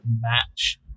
match